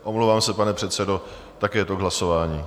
Omlouvám se, pane předsedo, také je to k hlasování.